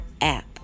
app